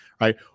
right